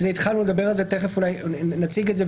והתחלנו לדבר על זה ותכף אולי נציג את זה,